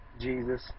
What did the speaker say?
Jesus